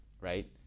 right